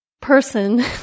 person